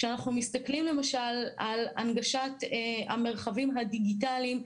כשאנחנו מסתכלים למשל על הנגשת המרחבים הדיגיטליים,